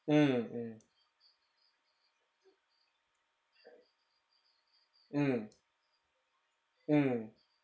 mm mm mm mm